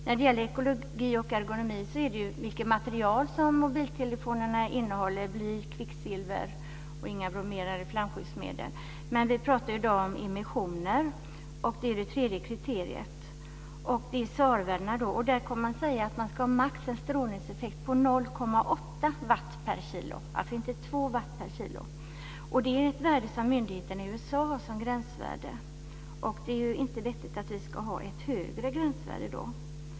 När det gäller ekologi och ergonomi får materialet i mobiltelefonerna inte innehålla bly, kvicksilver eller bromerade flamskyddsmedel. Men vi pratar ju i dag om immissioner, och det är det tredje kriteriet. Man kommer att säga att strålningseffekten ska vara max 0,8 watt per kilo, alltså inte 2 watt per kilo. Det är ett värde som myndigheterna i USA har som gränsvärde, och det är inte vettigt att vi ska ha ett högre gränsvärde.